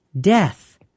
Death